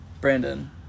Brandon